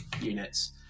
units